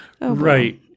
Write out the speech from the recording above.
right